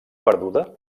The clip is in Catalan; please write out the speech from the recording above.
perduda